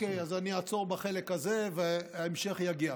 אוקיי, אז אני אעצור בחלק הזה וההמשך יגיע.